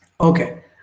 okay